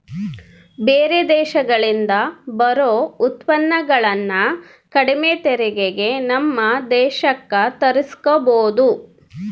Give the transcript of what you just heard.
ಬೇರೆ ದೇಶಗಳಿಂದ ಬರೊ ಉತ್ಪನ್ನಗುಳನ್ನ ಕಡಿಮೆ ತೆರಿಗೆಗೆ ನಮ್ಮ ದೇಶಕ್ಕ ತರ್ಸಿಕಬೊದು